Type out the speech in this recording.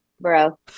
Bro